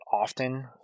often